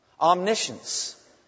Omniscience